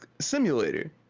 simulator